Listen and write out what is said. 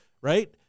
right